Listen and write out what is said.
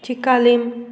चिकालीं